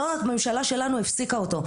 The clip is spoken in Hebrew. לא הממשלה שלנו הפסיקה אותו.